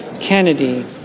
Kennedy